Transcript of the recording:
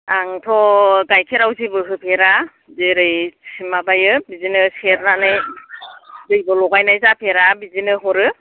आंथ' गाइखेराव जेबो होफेरा जेरै माबायो बिदिनो सेरनानै दैबो लगायनाय जाफेरा बिदिनो हरो